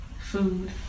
food